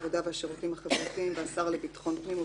העבודה והשירותים החברתיים ועם השר לביטחון הפנים,